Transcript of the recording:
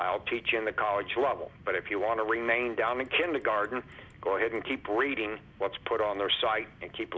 i'll teach in the college level but if you want to remain down in kindergarden go ahead and keep reading what's put on their site and keep